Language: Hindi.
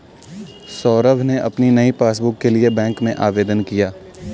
सौरभ ने अपनी नई पासबुक के लिए बैंक में आवेदन किया